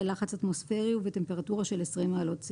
לחץ אטמוספרי ובטמפרטורה של 20 מעלות צלסיוס.